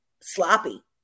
Sloppy